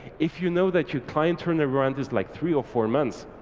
if you know that your client turnaround is like three or four months,